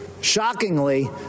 Shockingly